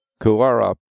Kuara